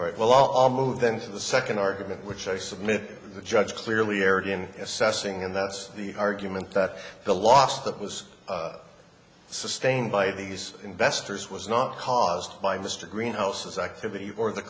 all right we'll all move then to the second argument which i submit the judge clearly erred in assessing and that's the argument that the loss that was sustained by these investors was not caused by mr green houses activity or the